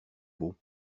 beau